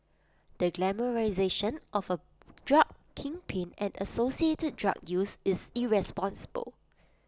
the glamorisation of A drug kingpin and associated drug use is irresponsible